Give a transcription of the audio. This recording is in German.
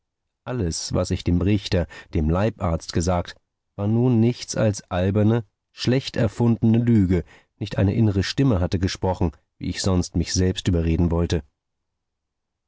alles was ich dem richter dem leibarzt gesagt war nun nichts als alberne schlecht erfundene lüge nicht eine innere stimme hatte gesprochen wie ich sonst mich selbst überreden wollte